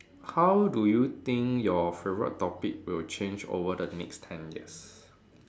how do you think your favorite topic will change over the next ten years